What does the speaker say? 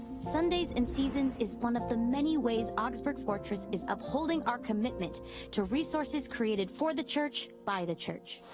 sundays and seasons is one of the many ways augsburg fortress is upholding our commitment to resources created for the church, by the church.